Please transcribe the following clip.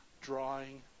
drawing